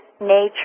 nature